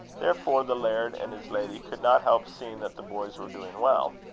therefore the laird and his lady could not help seeing that the boys were doing well,